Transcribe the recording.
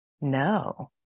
no